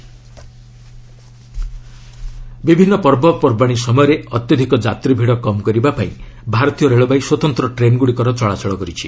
special trains ବିଭିନ୍ନ ପର୍ବପର୍ବାଣି ସମୟରେ ଅତ୍ୟଧିକ ଯାତ୍ରୀଭିଡ଼ କମ୍ କରିବାପାଇଁ ଭାରତୀୟ ରେଳବାଇ ସ୍ୱତନ୍ତ୍ର ଟ୍ରେନ୍ଗୁଡ଼ିକର ଚଳାଚଳ କରିଛି